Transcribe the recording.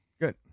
Good